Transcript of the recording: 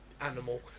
animal